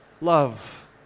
love